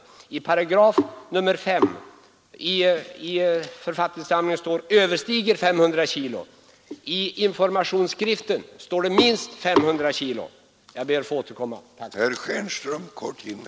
I 5 § i författningssamlingen står ”överstiger 500 kg”, men i informationsskriften står ”minst 500 kg”. Jag ber att få återkomma eftersom min repliktid nu är slut.